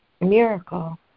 miracle